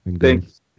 Thanks